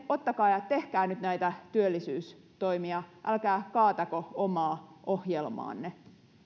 ottakaa ja tehkää nyt näitä työllisyystoimia älkää kaatako omaa ohjelmaanne